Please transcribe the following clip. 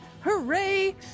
Hooray